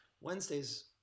Wednesdays